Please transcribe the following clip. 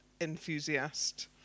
enthusiast